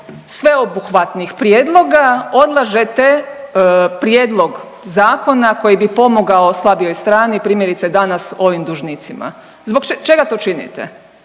sveobuhvatnih prijedloga odlažete prijedlog zakona koji bi pomogao slabijoj strani, primjerice, danas ovim dužnicima? Zbog čega to činite?